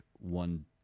one